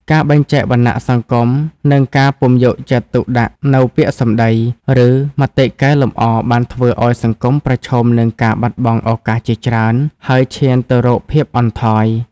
ការបែងចែកវណ្ណៈសង្គម និងការពុំយកចិត្តទុកដាក់នូវពាក្យសម្ដី ឬមតិកែលម្អបានធ្វើឲ្យសង្គមប្រឈមនឹងការបាត់បង់ឱកាសជាច្រើន ហើយឈានទៅរកភាពអន់ថយ។